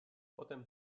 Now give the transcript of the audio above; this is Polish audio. potem